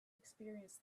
experienced